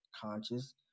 conscious